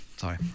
sorry